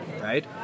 right